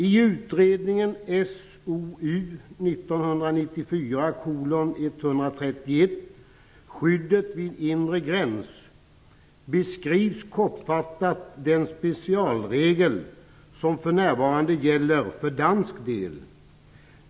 I utredningen SOU1994:131 Skyddet vid inre gräns beskrivs kortfattat den specialregel som för närvarande gäller för dansk del.